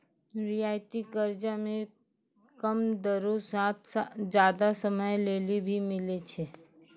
रियायती कर्जा मे कम दरो साथ जादा समय लेली भी मिलै छै